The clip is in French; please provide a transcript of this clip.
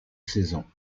saison